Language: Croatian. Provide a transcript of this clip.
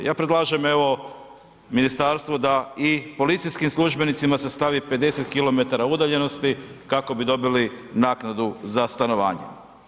Ja predlažem, evo, ministarstvu da, i policijskim službenicima se stavi 50 km udaljenosti, kako bi dobili naknadu za stanovanje.